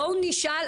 בואו נשאל.